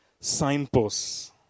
signposts